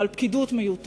ועל פקידות מיותרת,